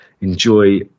enjoy